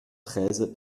treize